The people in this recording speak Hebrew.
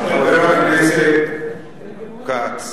חבר הכנסת כץ.